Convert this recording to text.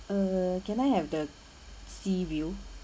uh can I have the sea view